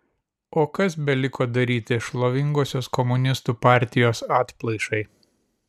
o kas beliko daryti šlovingosios komunistų partijos atplaišai